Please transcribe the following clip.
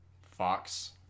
Fox